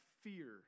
fear